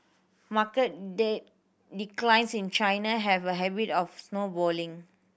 market declines in China have a habit of snowballing